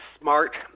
smart